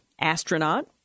Astronaut